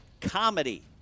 comedy